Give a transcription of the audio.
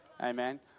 Amen